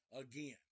Again